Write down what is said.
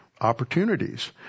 opportunities